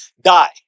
die